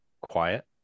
quiet